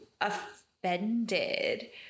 offended